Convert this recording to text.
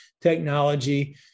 technology